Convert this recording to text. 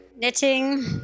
Knitting